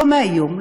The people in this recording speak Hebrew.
לא מהיום,